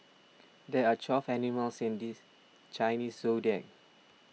there are twelve animals in this Chinese zodiac